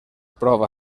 prova